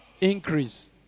Increase